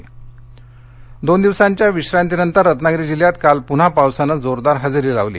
पाऊस रत्नागिरी दोन दिवसांच्या विश्रांतीनंतर रत्नागिरी जिल्ह्यात काल पुन्हा पावसानं जोरदार हजेरी लावली